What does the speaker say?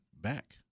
back